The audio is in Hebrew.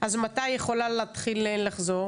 מתי היא יכולה להתחיל לחזור?